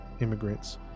immigrants